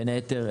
בין היתר,